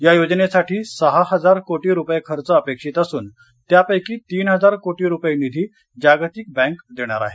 या योजनेसाठी सहा हजार कोटी रुपये खर्च अपेक्षित असून त्यापैकी तीन हजार कोटी रुपये निधी जागतिक बँक देणार आहे